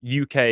UK